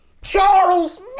Charles